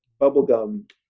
bubblegum